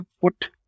put